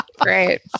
Great